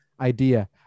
idea